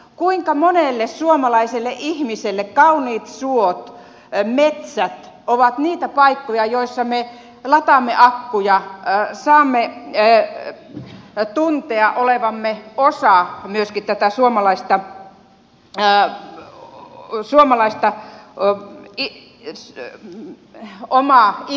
kuinka monelle suomalaiselle ihmiselle kauniit suot metsät ovat niitä paikkoja joissa me lataamme akkuja saamme tuntea olevamme osa tätä suomalaista luontoa oma itsemme